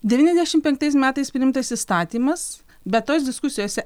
devyniasdešimt penktais metais priimtas įstatymas be to diskusijose